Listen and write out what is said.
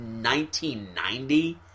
1990